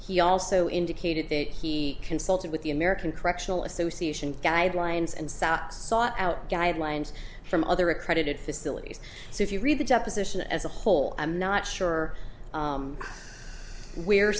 he also indicated that he consulted with the american correctional association guidelines and sat sought out guidelines from other accredited facilities so if you read the deposition as a whole i'm not sure where